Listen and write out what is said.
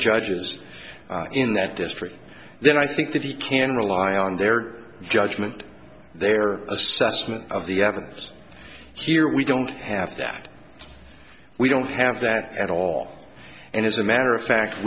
judges in that district then i think that he can rely on their judgment their assessment of the evidence here we don't have that we don't have that at all and as a matter of fact